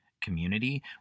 community